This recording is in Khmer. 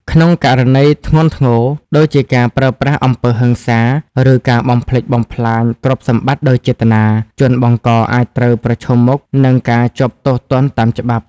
ក្នុងករណីធ្ងន់ធ្ងរ ដូចជាការប្រើប្រាស់អំពើហិង្សា ឬការបំផ្លិចបំផ្លាញទ្រព្យសម្បត្តិដោយចេតនា ជនបង្កអាចត្រូវប្រឈមមុខនឹងការជាប់ទោសទណ្ឌតាមច្បាប់។